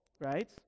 Right